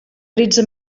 tretze